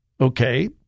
okay